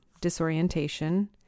disorientation